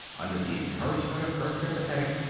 under the encouragement of her sympathetic,